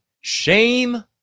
Shame